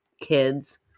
kids